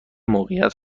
موقعیت